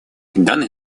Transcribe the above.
данный